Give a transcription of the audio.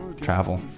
travel